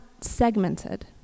segmented